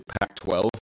Pac-12